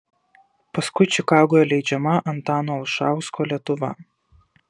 paskui čikagoje leidžiama antano olšausko lietuva